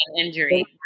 injury